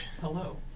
Hello